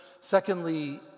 Secondly